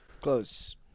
Close